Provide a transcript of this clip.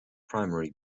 primary